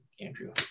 Andrew